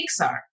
Pixar